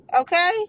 Okay